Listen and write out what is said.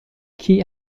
chi